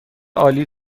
عالی